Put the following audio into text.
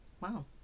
Wow